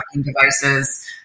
devices